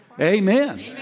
Amen